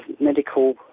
medical